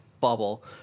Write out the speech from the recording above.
bubble